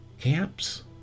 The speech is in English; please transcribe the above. camps